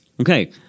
Okay